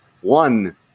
one